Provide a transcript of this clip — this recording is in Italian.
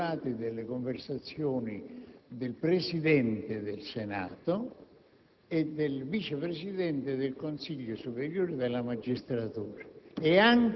Pare che un magistrato della Procura della Repubblica di Catanzaro, da un po' di tempo,